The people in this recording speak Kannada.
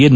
ಎನ್